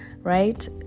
right